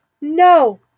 no